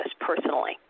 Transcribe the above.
personally